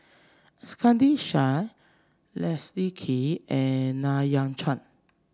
Iskandar Shah Leslie Kee and Ng Yat Chuan